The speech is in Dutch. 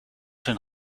zijn